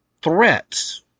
threats